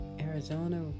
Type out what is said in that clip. Arizona